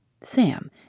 Sam